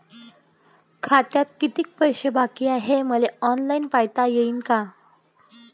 खात्यात कितीक पैसे बाकी हाय हे मले ऑनलाईन पायता येईन का?